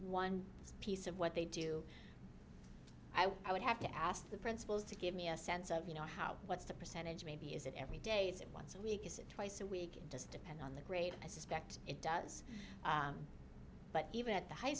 one piece of what they do i would i would have to ask the principals to give me a sense of you know how what's the percentage maybe is it every day is it once a week is it twice a week it does depend on the grade and i suspect it does but even at the high